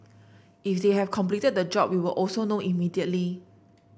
if they have completed the job we will also know immediately